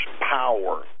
power